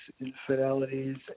infidelities